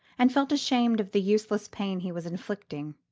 and felt ashamed of the useless pain he was inflicting.